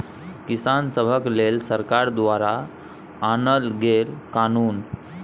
किसान सभक लेल सरकार द्वारा आनल गेल कानुन